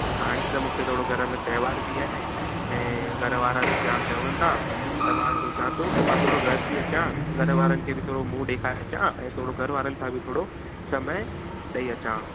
पर हाणे त मूंखे थोरो घर में त्योहारु बि आहे ऐं घर वारा बि जामु चवनि था त मां सोचियां थो की मां थोरो घरु थी अचां घर वारनि खे बि थोरो मुंहुं ॾेखारे अचां ऐं थोरो घर वारनि सां बि थोरो समय ॾेई अचां